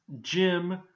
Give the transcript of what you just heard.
Jim